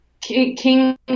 king